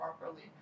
properly